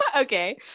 okay